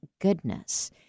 goodness